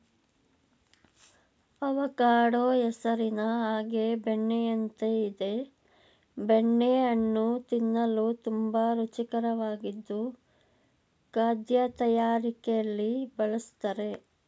avocado ಹೆಸರಿನ ಹಾಗೆ ಬೆಣ್ಣೆಯಂತೆ ಇದೆ ಬೆಣ್ಣೆ ಹಣ್ಣು ತಿನ್ನಲು ತುಂಬಾ ರುಚಿಕರವಾಗಿದ್ದು ಖಾದ್ಯ ತಯಾರಿಕೆಲಿ ಬಳುಸ್ತರೆ